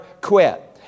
quit